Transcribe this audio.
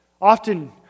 Often